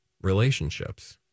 relationships